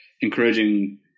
encouraging